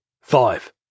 Five